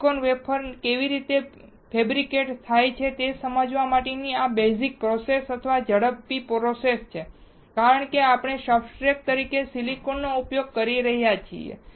silicon wafer કેવી રીતે fabricate થાય છે તે સમજવા માટેની આ બેઝિક પ્રોસેસ અથવા ઝડપી પ્રોસેસ છે કારણ કે આપણે સબટ્રેટ તરીકે સિલિકોન નો ઉપયોગ કરી રહ્યા છીએ